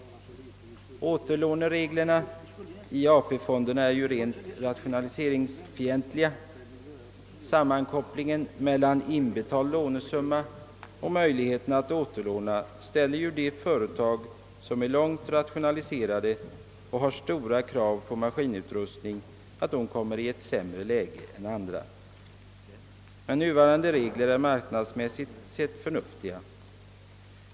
Återlånereglerna för dessa är ju rent rationaliseringsfientliga. Sammankopplingen mellan inbetald lånesumma och möjligheten att återlåna ställer de företag som är högt rationaliserade och har stora krav på maskinutrustning i ett sämre läge än andra. Nuvarande regler är emellertid marknadsmässigt sett förnuftiga.